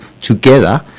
together